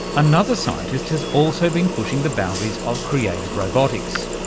another scientist has also been pushing the boundaries of creative robotics.